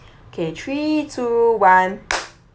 okay three two one